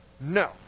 No